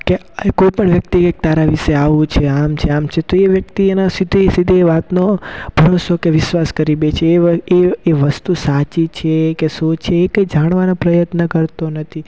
કે કોઈપણ વ્યક્તિ એક તારા વિષે આવું છે આમ છે આમ છે તો એ વ્યક્તિ એની સીધે સીધી વાતનો ભરોસો કે વિશ્વાસ કરી દે છે એ એ વસ્તુ સાચી છે કે શું છે એ કંઈ જાણવાનો પ્રયત્ન કરતો નથી